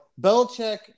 Belichick –